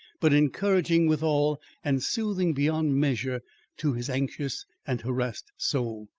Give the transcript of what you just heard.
but encouraging withal and soothing beyond measure to his anxious and harassed soul.